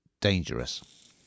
dangerous